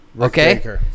Okay